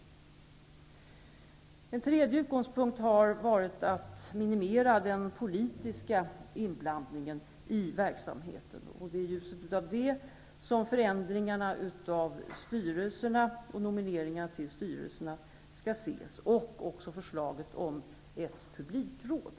Den tredje utgångspunkten har varit att minimera den politiska inblandningen i verksamheten. Det är i ljuset av detta som en förändring av styrelserna och nomineringen till dessa skall ses. Det gäller också förslaget om ett publikråd.